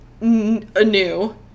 anew